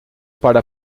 para